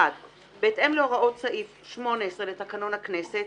1. בהתאם להוראות סעיף 18 לתקנון הכנסת,